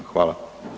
Hvala.